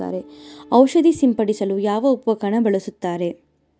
ಔಷಧಿ ಸಿಂಪಡಿಸಲು ಯಾವ ಉಪಕರಣ ಬಳಸುತ್ತಾರೆ?